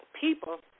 People